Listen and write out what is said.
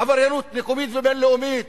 עבריינות מקומית ובין-לאומית,